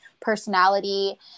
personality